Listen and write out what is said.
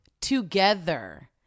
together